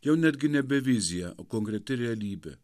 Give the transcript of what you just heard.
jau netgi nebe vizija o konkreti realybė